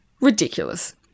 Ridiculous